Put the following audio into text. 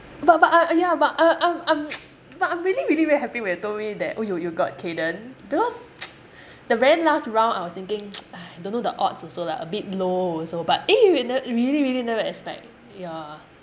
but but uh yeah but I'm I'm I'm but I'm really really happy when you told me that oh you you got kayden because the very last round I was thinking !hais! don't know the odds also lah a bit low also but eh you ne~ really really never expect ya